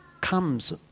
comes